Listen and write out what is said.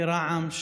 כרע"מ,